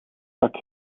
vak